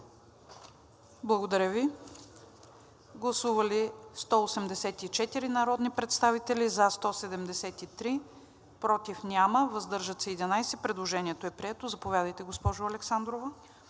на Комисията. Гласували 184 народни представители: за 173, против няма, въздържали се 11. Предложението е прието. Заповядайте, госпожо Александрова.